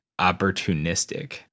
opportunistic